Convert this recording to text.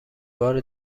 بار